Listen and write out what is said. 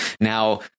now